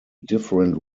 different